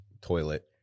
toilet